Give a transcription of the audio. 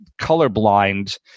colorblind